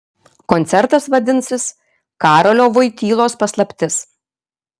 koncertas vadinsis karolio voitylos paslaptis